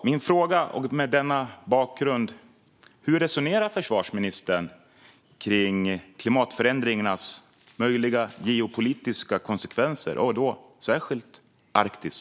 Mot denna bakgrund är min fråga: Hur resonerar försvarsministern kring klimatförändringarnas möjliga geopolitiska konsekvenser, och då särskilt i Arktis?